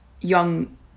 young